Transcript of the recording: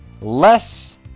less